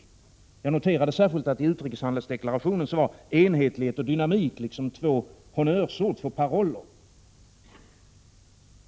Jag noterade särskilt att i utrikeshandelsdeklarationen var enhetlighet och dynamik liksom två honnörsord eller paroller.